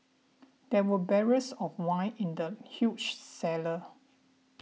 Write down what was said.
there were barrels of wine in the huge cellar